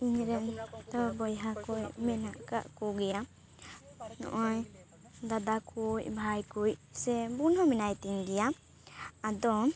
ᱤᱧᱨᱮᱱ ᱫᱚ ᱵᱚᱭᱦᱟ ᱠᱚ ᱢᱮᱱᱟᱜ ᱠᱟᱜ ᱠᱚᱜᱮᱭᱟ ᱱᱚᱜᱚᱭ ᱫᱟᱫᱟ ᱠᱚ ᱵᱷᱟᱭ ᱠᱚ ᱥᱮ ᱵᱩᱱ ᱦᱚᱸ ᱢᱮᱱᱟᱭ ᱛᱤᱧ ᱜᱮᱭᱟ ᱟᱫᱚ